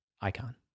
icon